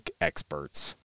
experts